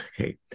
okay